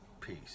peace